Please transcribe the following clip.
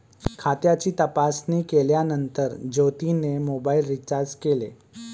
खात्याची तपासणी केल्यानंतर ज्योतीने मोबाइल रीचार्ज केले